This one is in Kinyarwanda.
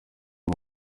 uyu